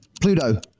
Pluto